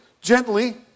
gently